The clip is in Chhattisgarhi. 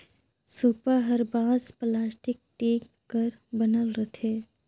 सूपा हर बांस, पलास्टिक, टीग कर बनल रहथे